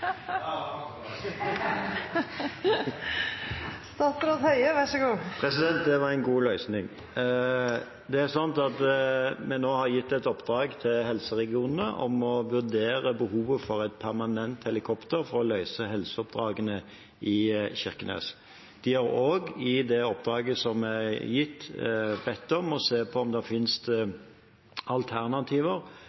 Det var en god løsning. Vi har nå gitt et oppdrag til helseregionene om å vurdere behovet for et permanent helikopter i Kirkenes for å løse helseoppdragene. De er også i det oppdraget som er gitt, bedt om å se på om det finnes